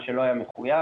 מה שלא היה מחויב.